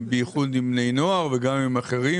בייחוד עם בני נוער אבל גם עם אחרים,